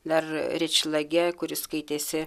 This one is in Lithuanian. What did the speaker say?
dar ričlage kuris skaitėsi